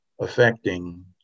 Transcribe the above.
affecting